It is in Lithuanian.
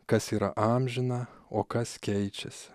kas yra amžina o kas keičiasi